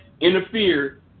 interfere